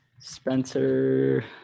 Spencer